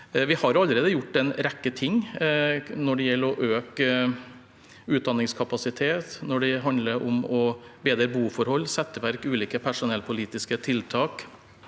Vi har allerede gjort en rekke ting når det gjelder å øke utdanningskapasitet, bedre boforhold, sette i verk ulike personellpolitiske tiltak,